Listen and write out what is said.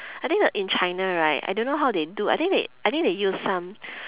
I think uh in china right I don't know how they do I think they I think they use some